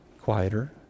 quieter